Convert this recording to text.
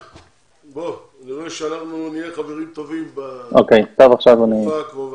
נראה לי שאנחנו נהיה חברים טובים בתקופה הקרובה.